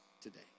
today